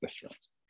difference